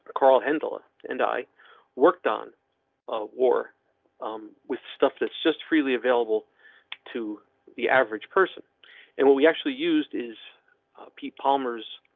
call handle ah and i worked on a war with stuff that's just freely available to the average person and what we actually used is pete palmer's.